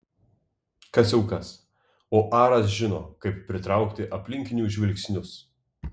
kas jau kas o aras žino kaip pritraukti aplinkinių žvilgsnius